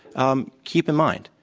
um keep in mind,